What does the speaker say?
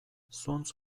zuntz